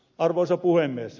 arvoisa puhemies